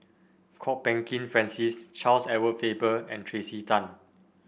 Kwok Peng Kin Francis Charles Edward Faber and Tracey Tan